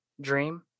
dream